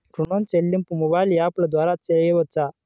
ఋణం చెల్లింపు మొబైల్ యాప్ల ద్వార చేయవచ్చా?